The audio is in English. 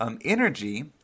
energy